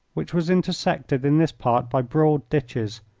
which was intersected in this part by broad ditches.